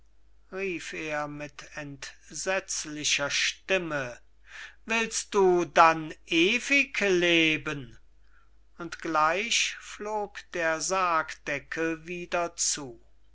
rief er mit entsetzlicher stimme willst du dann ewig leben und gleich flog der sargdeckel wieder zu